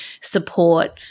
support